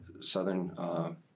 southern